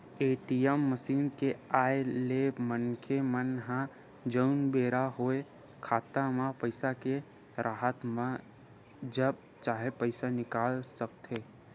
ATM machine के आय ले मनखे मन ह जउन बेरा होय खाता म पइसा के राहब म जब चाहे पइसा निकाल सकथे